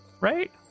right